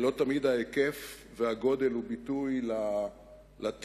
לא תמיד ההיקף והגודל הם ביטוי לטיב,